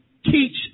Teach